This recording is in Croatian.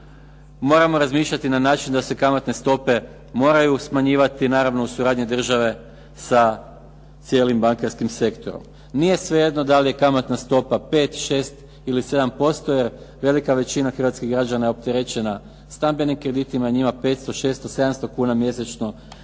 Moramo razmišljati na način da se kamatne stope moraju smanjivati, naravno uz suradnju države sa cijelim bankarskim sektorom. Nije svejedno da li je kamatna stopa5, 6 ili 7% jer je velika većina hrvatskih građana opterećena stambenim kreditima. Njima 500, 600, 700 kuna mjesečno